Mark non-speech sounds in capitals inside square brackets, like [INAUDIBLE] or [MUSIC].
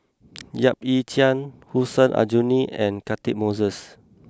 [NOISE] Yap Ee Chian Hussein Aljunied and Catchick Moses